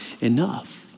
enough